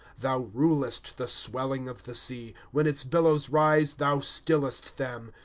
thou rulest the swelling of the sea when its billows rise, thou stillest them.